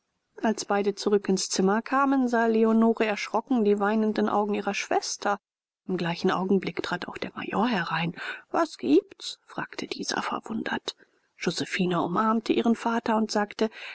als beide zurück ins zimmer kamen sah leonore erschrocken die weinenden augen ihrer schwester im gleichen augenblick trat auch der major herein was gibt's fragte dieser verwundert josephine umarmte ihren vater und sagte